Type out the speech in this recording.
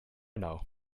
know